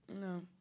No